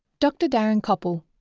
dr darren koppel.